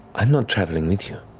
i'm not traveling with you.